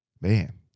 Man